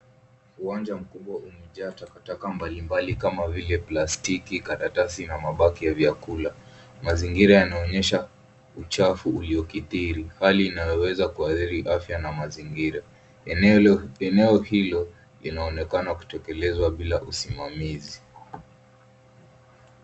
Uwanja mkubwa umejaa takataka mbalimbali kama vile plastiki, karatasi na mabaki ya vyakula. Mazingira yanaonyesha uchafu uliokithiri hali inayoweza kuathiri afya na mazingira. Eneo hilo inaonekana kutekelezwa bila usimamizi.